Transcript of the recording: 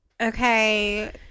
Okay